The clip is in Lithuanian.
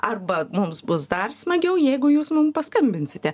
arba mums bus dar smagiau jeigu jūs mum paskambinsite